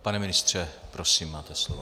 Pane ministře, prosím, máte slovo.